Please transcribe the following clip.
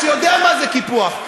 שיודע מה זה קיפוח.